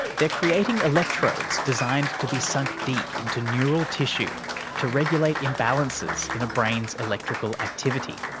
they're creating electrodes designed to be sunk deep into neural tissue to regulate imbalances in a brain's electrical activity,